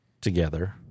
together